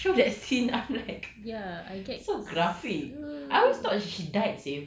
everytime they reshow that scene I'm like so graphic